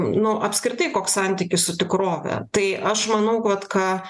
nu apskritai koks santykis su tikrove tai aš manau kad ką